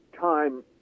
time